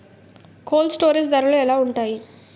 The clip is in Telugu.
కోల్డ్ స్టోరేజ్ ధరలు ఎలా ఉంటాయి?